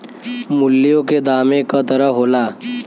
मूल्यों दामे क तरह होला